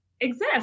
exist